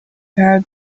have